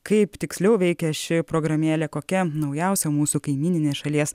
kaip tiksliau veikia ši programėlė kokia naujausia mūsų kaimyninės šalies